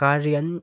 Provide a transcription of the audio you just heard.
कार्यन